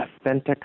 authentic